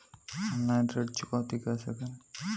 Online ऋण चुकौती कैसे करें?